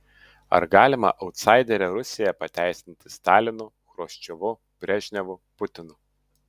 ar galima autsaiderę rusiją pateisinti stalinu chruščiovu brežnevu putinu